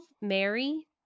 Mary